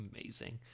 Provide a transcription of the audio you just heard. Amazing